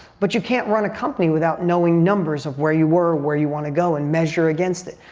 but you can't run a company without knowing numbers of where you were, where you want to go and measure against it.